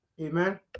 amen